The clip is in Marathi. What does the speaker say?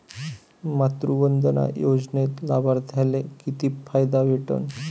मातृवंदना योजनेत लाभार्थ्याले किती फायदा भेटन?